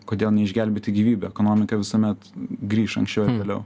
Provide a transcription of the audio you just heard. kodėl neišgelbėti gyvybę ekonomika visuomet grįš anksčiau ar vėliau